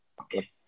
Okay